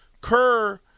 kerr